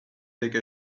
take